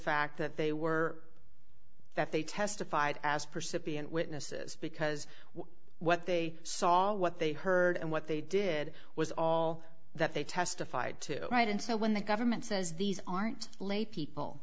fact that they were that they testified as percipient witnesses because what they saw what they heard and what they did was all that they testified to right and so when the government says these aren't lay people